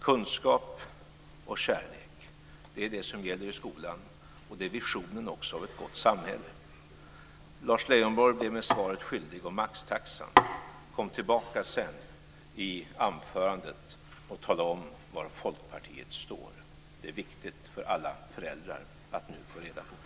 Kunskap och kärlek är det som gäller i skolan, och det är också visionen av ett gott samhälle. Lars Leijonborg blir mig svaret skyldig om maxtaxan. Kom tillbaka i anförandet och tala om var Folkpartiet står! Det är viktigt för alla föräldrar att nu få reda på det.